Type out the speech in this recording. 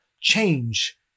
change